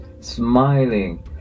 smiling